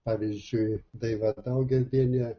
pavyzdžiui daiva daugirdienė